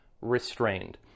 restrained